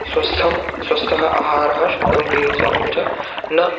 स्वस्थं स्वस्थः आहारः शुद्धं पेयजलं च न